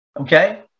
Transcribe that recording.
okay